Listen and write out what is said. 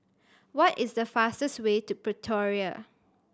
what is the fastest way to Pretoria